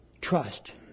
trust